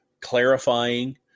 clarifying